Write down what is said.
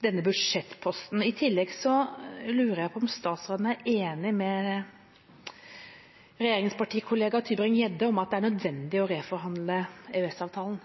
denne budsjettposten. I tillegg lurer jeg på om statsråden er enig med regjeringspartikollega Tybring-Gjedde i at det er nødvendig å reforhandle EØS-avtalen.